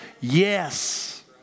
yes